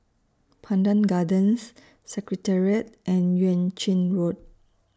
Pandan Gardens Secretariat and Yuan Ching Road